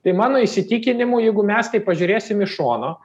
tai mano įsitikinimu jeigu mes tai pažiūrėsim iš šono